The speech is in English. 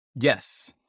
Yes